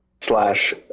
slash